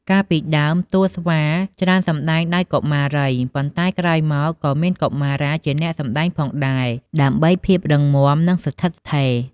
កាលពីដើម តួស្វាច្រើនសម្ដែងដោយកុមារី ប៉ុន្តែក្រោយមកក៏មានកុមារាជាអ្នកសម្ដែងផងដែរ ដើម្បីភាពរឹងមាំ និងស្ថិតស្ថេរ។